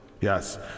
Yes